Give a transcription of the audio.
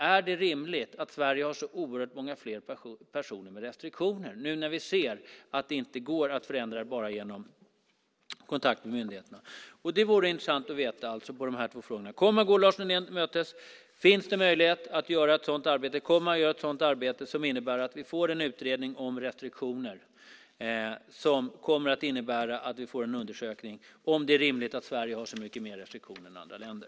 Är det rimligt att Sverige har så oerhört många fler personer med restriktioner nu när vi ser att det inte går att förändra det bara genom kontakt med myndigheterna? Det vore intressant att få svar på de här två frågorna. Kommer du att gå Lars Nylén till mötes? Kommer vi att få en utredning om restriktioner där det undersöks om det är rimligt att Sverige har så många fler häktade med restriktioner än andra länder?